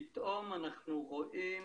פתאום אנחנו רואים